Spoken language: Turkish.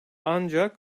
ancak